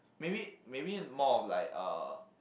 maybe maybe more of like uh